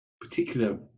particular